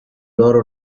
loro